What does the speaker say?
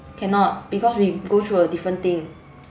cannot because we go through a different thing